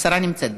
השרה נמצאת באולם.